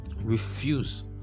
refuse